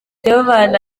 sibomana